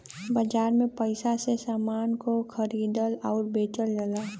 बाजार में पइसा से समान को खरीदल आउर बेचल जाला